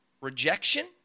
rejection